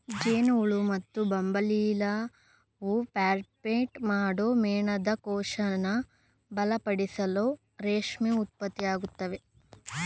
ಜೇನುಹುಳು ಮತ್ತುಬಂಬಲ್ಬೀಲಾರ್ವಾವು ಪ್ಯೂಪೇಟ್ ಮಾಡೋ ಮೇಣದಕೋಶನ ಬಲಪಡಿಸಲು ರೇಷ್ಮೆ ಉತ್ಪಾದಿಸ್ತವೆ